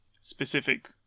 specific